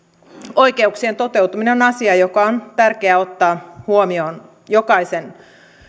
oikeuksien toteutuminen on asia joka on tärkeää ottaa huomioon jokaisen